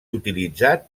utilitzat